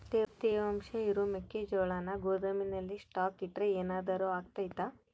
ತೇವಾಂಶ ಇರೋ ಮೆಕ್ಕೆಜೋಳನ ಗೋದಾಮಿನಲ್ಲಿ ಸ್ಟಾಕ್ ಇಟ್ರೆ ಏನಾದರೂ ಅಗ್ತೈತ?